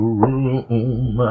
room